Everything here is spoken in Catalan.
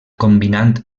combinant